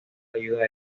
ayuda